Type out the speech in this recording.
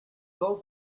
plou